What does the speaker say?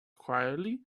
quietly